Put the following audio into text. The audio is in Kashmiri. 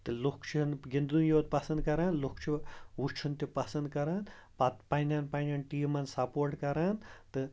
تہٕ لُکھ چھِنہٕ گِںٛدنُے یوت پَسنٛد کَران لُکھ چھُ وٕچھُن تہِ پَسنٛد کَران پَتہٕ پنٛنٮ۪ن پنٛنٮ۪ن ٹیٖمَن سپوٹ کَران تہٕ